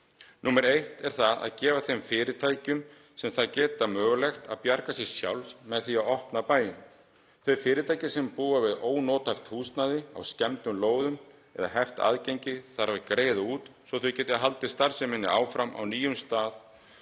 Númer eitt er að gera þeim fyrirtækjum sem það geta mögulegt að bjarga sér sjálf með því að opna bæinn. Þau fyrirtæki sem búa við ónothæft húsnæði á skemmdum, lóðum eða eru með heft aðgengi þarf að greiða út svo að þau geti haldið starfseminni áfram á nýjum stað.